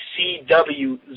CW